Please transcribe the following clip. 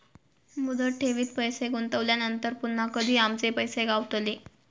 मुदत ठेवीत पैसे गुंतवल्यानंतर पुन्हा कधी आमचे पैसे गावतले?